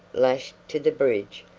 lashed to the bridge,